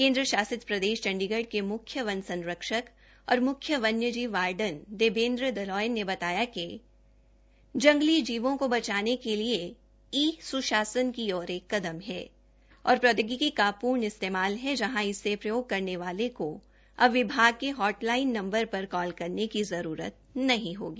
केन्द्र शासित प्रदेश के मुख्य वन संरक्षक और मुख्य वन्यजीव वार्डन देवेन्द्र दलाये ने बताया कि यह जंगली जीवों को बचाने के लिए यह ई स्शासन की ओर से एक कदम है और प्रौद्योगिकी का पूर्ण इस्तेमाल है जहां इसे प्रयोग करने वाले कोअब विभाग के होटलाइन नंबर पर कॉल करने की जरूरत नहीं होगी